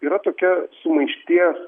yra tokia sumaišties